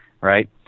Right